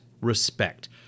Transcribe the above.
respect